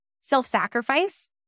self-sacrifice